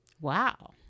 Wow